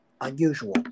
Unusual